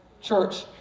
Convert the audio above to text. Church